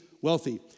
wealthy